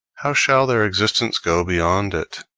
how shall their existence go beyond it?